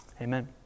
amen